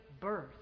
birth